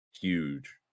huge